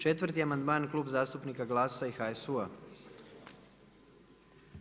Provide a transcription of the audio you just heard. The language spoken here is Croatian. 4. amandman Kluba zastupnika GLAS-a i HSU-a.